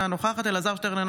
אינה נוכחת אלעזר שטרן,